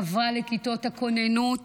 חברה לכיתות הכוננות